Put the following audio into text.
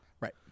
Right